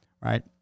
Right